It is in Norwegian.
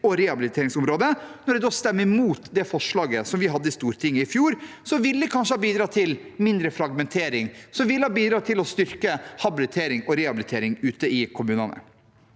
og rehabiliteringsområdet. De stemte imot forslaget vi hadde i Stortinget i fjor, som kanskje ville bidratt til mindre fragmentering, og som ville bidratt til å styrke habilitering og rehabilitering ute i kommunene.